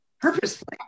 purposefully